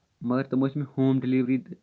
مَگر تِم ٲسۍ نہٕ ہوم ڈیٚلِؤری